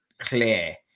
clear